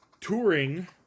touring